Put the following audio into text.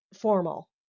formal